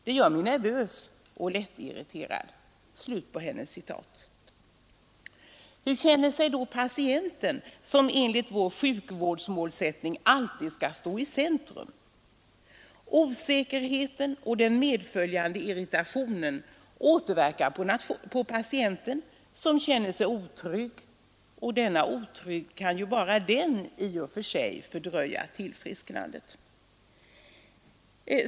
Det gör mig nervös och lättirriterad.” Hur känner sig då patienten, som enligt vår sjukvårdsmålsättning alltid skall stå i centrum? Osäkerheten och den medföljande irritationen återverkar på patienten, som känner sig otrygg, och denna otrygghet kan bara den i och för sig fördröja tillfrisknandet.